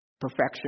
Perfection